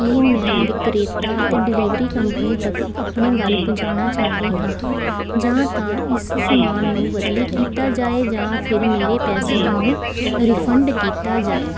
ਕਿ ਮੈਂ ਵਿਕਰੇਤਾ ਅਤੇ ਡਿਲੀਵਰੀ ਕੰਪਨੀ ਤੱਕ ਆਪਣੀ ਗੱਲ ਪਹੁੰਚਾਉਣਾ ਚਾਹੁੰਦੀ ਹਾਂ ਜਾਂ ਤਾਂ ਇਸ ਸਮਾਨ ਨੂੰ ਬਦਲੀ ਕੀਤਾ ਜਾਏ ਜਾਂ ਫਿਰ ਮੇਰੇ ਪੈਸਿਆਂ ਨੂੰ ਰਿਫੰਡ ਕੀਤਾ ਜਾਏ